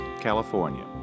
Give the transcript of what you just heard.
California